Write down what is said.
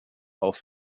auf